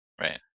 Right